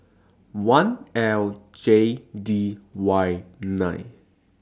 one L J D Y nine